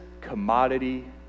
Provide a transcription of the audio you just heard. commodity